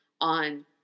on